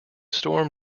storm